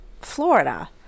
Florida